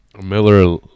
Miller